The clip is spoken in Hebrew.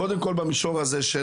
קודם כל המישור הזה של